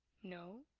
no?